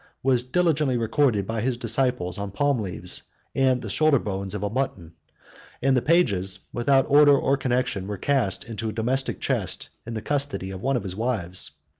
was diligently recorded by his disciples on palm-leaves and the shoulder-bones of mutton and the pages, without order or connection, were cast into a domestic chest, in the custody of one of his wives.